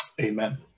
Amen